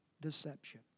deception